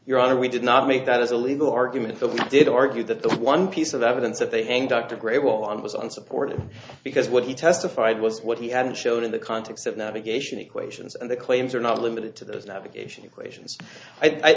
your honor we did not make that as a legal argument that we did argue that the one piece of evidence that they hang dr great well on was unsupported because what he testified was what he had shown in the context of navigation equations and the claims are not limited to those navigation equations i